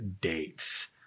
dates